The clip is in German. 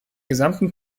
gesamten